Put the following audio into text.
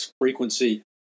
frequency